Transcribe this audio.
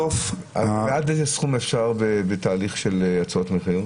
עד איזה סכום אפשר בתהליך של הצעות מחיר?